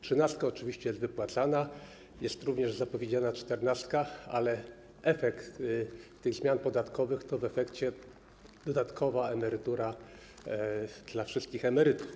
Trzynastka oczywiście jest wypłacana, jest również zapowiedziana czternastka, ale efekt tych zmian podatkowych to dodatkowa emerytura dla wszystkich emerytów.